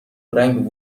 پورنگ